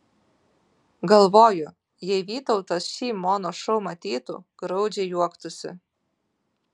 galvoju jei vytautas šį mono šou matytų graudžiai juoktųsi